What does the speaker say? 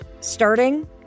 Starting